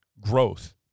growth